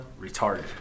Retarded